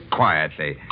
quietly